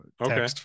okay